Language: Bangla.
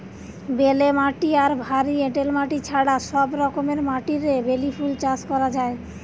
বেলে মাটি আর ভারী এঁটেল মাটি ছাড়া সব রকমের মাটিরে বেলি ফুল চাষ করা যায়